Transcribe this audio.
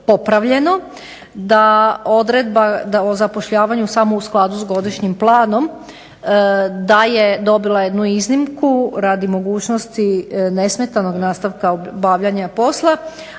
da odredba o zapošljavanju samo u skladu s godišnjim planom da je dobila jednu iznimku radi mogućnosti nesmetanog obavljanja posla